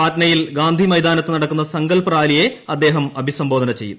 പാറ്റ്നയിൽ ഗാന്ധി മൈതാനത്ത് നടക്കുന്ന സങ്കൽപ്പ് റാലിയെ അദ്ദേഹം അഭിസംബോധന ചെയ്യും